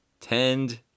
tend